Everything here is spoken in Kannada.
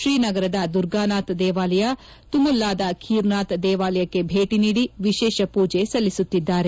ತ್ರೀನಗರದ ದುರ್ಗಾನಾಥ್ ದೇವಾಲಯ ತುಮುಲ್ಲಾದ ಖೀರ್ ನಾಥ್ ದೇವಾಲಯಕ್ಷಿ ಭೇಟಿ ನೀಡಿ ವಿಶೇಷ ಪೂಜೆ ಸಲ್ಲಿಸುತ್ತಿದ್ದಾರೆ